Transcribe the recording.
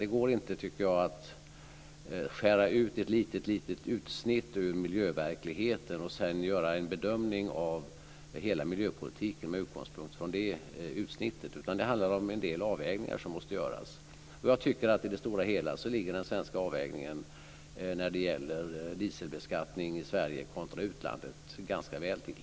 Det går inte, tycker jag, att skära ut ett litet utsnitt ur miljöverkligheten och sedan göra en bedömning av hela miljöpolitiken med utgångspunkt från det utsnittet. Det handlar om en del avvägningar som måste göras. Jag tycker att den svenska avvägningen när det gäller dieselbeskattning i Sverige kontra utlandet i det stora hela ligger ganska väl till.